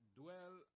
dwell